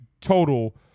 total